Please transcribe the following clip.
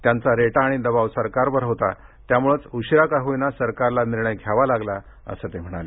त्यांचा रेटा व दबाव सरकारवर होता त्यामुळेच उशिरा को होईना सरकारला निर्णय घ्यावा लागला असं ते म्हणाले